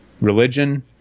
religion